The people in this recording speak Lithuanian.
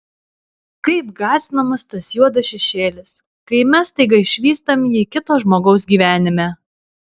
kaip gąsdina mus tas juodas šešėlis kai mes staiga išvystam jį kito žmogaus gyvenime